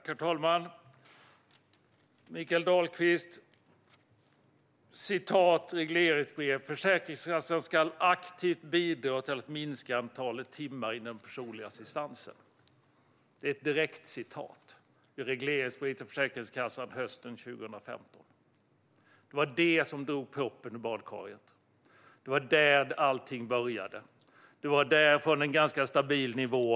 Herr talman och Mikael Dahlqvist! Jag läser ur regleringsbrevet: Försäkringskassan ska aktivt bidra till att minska antalet timmar i den personligt assistansen. Det är ett direkt utdrag ur regleringsbrevet till Försäkringskassan hösten 2015. Det var det som drog proppen ur badkaret. Det var där allting började. Det var där ett ras började från en ganska stabil nivå.